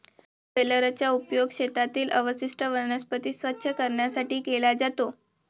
बेलरचा उपयोग शेतातील अवशिष्ट वनस्पती स्वच्छ करण्यासाठी केला जातो